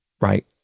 right